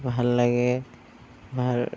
ভাল লাগে